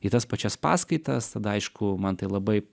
į tas pačias paskaitas tada aišku man tai labai